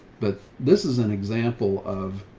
but this is an example of,